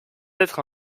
être